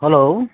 hello